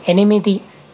ఎనిమిది